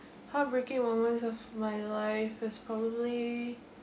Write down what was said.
heartbreaking moments of my life was probably